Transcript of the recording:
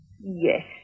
Yes